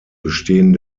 bestehen